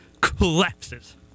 collapses